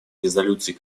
резолюций